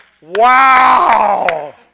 Wow